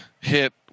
hit